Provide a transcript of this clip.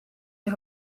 see